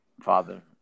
Father